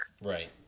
Right